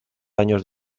años